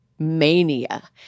mania